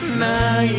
now